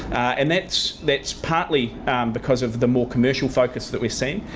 and that's that's partly because of the more commercial focus that we're seeing.